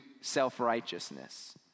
self-righteousness